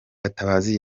gatabazi